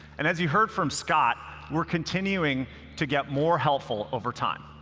and as you heard from scott, we're continuing to get more helpful over time.